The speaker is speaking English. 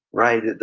right?